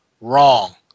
Wrong